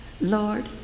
Lord